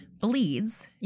bleeds